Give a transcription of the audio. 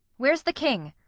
where's the king?